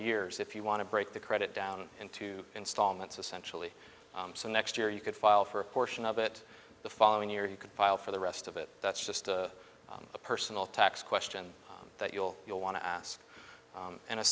years if you want to break the credit down in two installments essentially the next year you could file for a portion of it the following year he file for the rest of it that's just a personal tax question that you'll you'll want to ask and